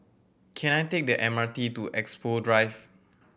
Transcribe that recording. can I take the M R T to Expo Drive